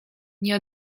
nie